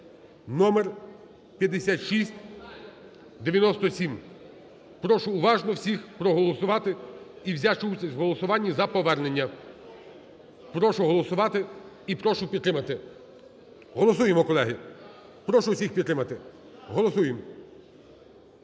номер 5697. Прошу уважно всіх проголосувати і взяти участь в голосуванні за повернення. Прошу голосувати і прошу підтримати. Голосуємо, колеги. Прошу усіх підтримати. Голосуємо.